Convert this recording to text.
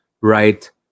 right